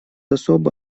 особо